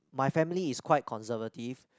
my family is quite conservative